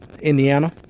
Indiana